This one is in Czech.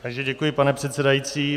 Takže děkuji, pane předsedající.